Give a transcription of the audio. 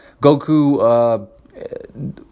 goku